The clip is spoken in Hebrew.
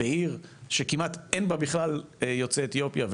בעיר שכמעט אין בה בכלל יוצאי אתיופיה,